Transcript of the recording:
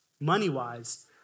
money-wise